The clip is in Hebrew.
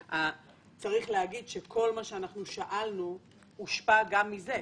צריך להגיד שכל מה שאנחנו שאלנו הושפע גם מזה.